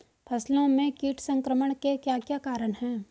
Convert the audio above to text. फसलों में कीट संक्रमण के क्या क्या कारण है?